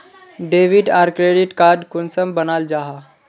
Debit आर credit card कुंसम बनाल जाहा?